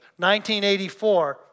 1984